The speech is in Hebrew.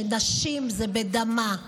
שנשים זה בדמה.